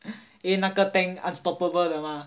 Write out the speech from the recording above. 因为那个 tank unstoppable 的 mah